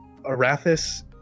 Arathis